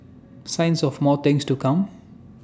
signs of more things to come